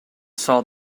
saw